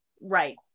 right